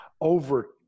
over